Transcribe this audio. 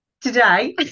Today